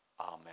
Amen